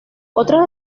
otras